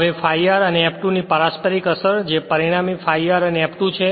હવે ∅r અને F2 ની પારસ્પરીક અસર જે પરિણામી પ્રવાહ ∅r અને F2 છે